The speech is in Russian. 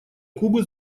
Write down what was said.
кубы